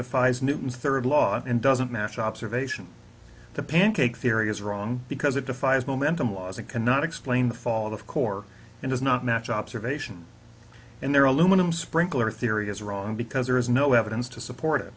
defies newton's third law and doesn't match observation the pancake theory is wrong because it defies momentum laws it cannot explain the fall of core and does not match observation and there aluminum sprinkler theory is wrong because there is no evidence to support it